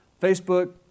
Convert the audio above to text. Facebook